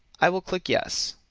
i will click yes.